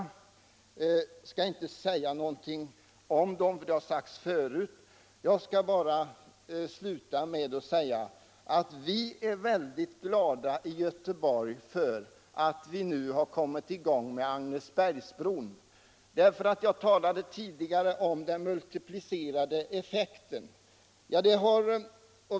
Jag skall inte säga någonting om dem eftersom det har skett förut. Jag skall sluta med att säga att vi i Göteborg är väldigt glada för att vi nu kommit i gång med Agnesbergsbron. Tidigare talade jag om den multiplicerade effekten.